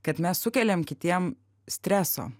kad mes sukeliam kitiem streso